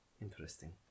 Interesting